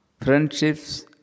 Friendships